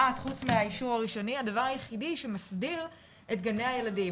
כמעט חוץ מהאישור הראשוני הדבר היחידי שמסדיר את גני הילדים.